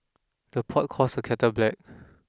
the pot calls the kettle black